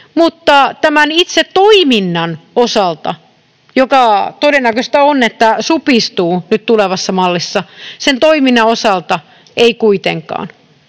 mutta tämän itse toiminnan osalta — ja todennäköistä on, että se supistuu nyt tulevassa mallissa — ei kuitenkaan.